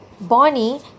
Bonnie